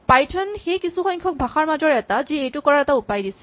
Python সেই কিছুসংখ্যক ভাষাৰ মাজৰ এটা যি এইটো কৰাৰ এটা উপায় দিয়ে